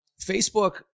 Facebook